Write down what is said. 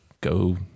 go